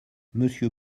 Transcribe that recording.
monsieur